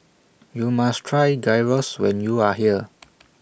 YOU must Try Gyros when YOU Are here